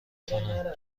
خونه